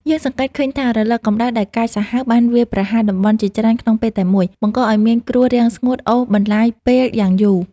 យើងសង្កេតឃើញថា រលកកម្ដៅដែលកាចសាហាវបានវាយប្រហារតំបន់ជាច្រើនក្នុងពេលតែមួយ បង្កឱ្យមានគ្រោះរាំងស្ងួតអូសបន្លាយពេលយ៉ាងយូរ។